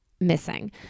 missing